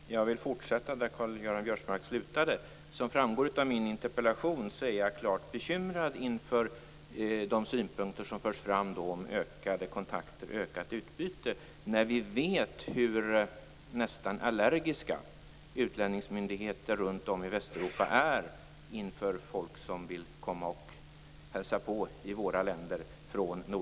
Fru talman! Jag vill fortsätta där Karl-Göran Biörsmark slutade. Som framgår av min interpellation är jag klart bekymrad inför de synpunkter som förs fram om ökade kontakter och ökat utbyte, när vi vet att utlänningsmyndigheter runt om i Västeuropa nästan är allergiska inför folk från Nordafrika som vill komma och hälsa på i våra länder.